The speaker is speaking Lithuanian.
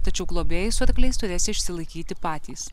tačiau globėjai su arkliais turės išsilaikyti patys